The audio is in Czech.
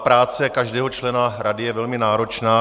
Práce každého člena rady je velmi náročná.